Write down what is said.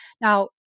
Now